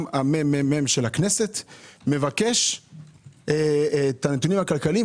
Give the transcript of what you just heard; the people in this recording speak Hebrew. גם הממ"מ של הכנסת מבקש את הנתונים הכלכליים,